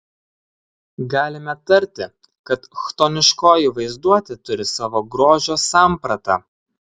galime tarti kad chtoniškoji vaizduotė turi savo grožio sampratą